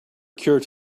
cured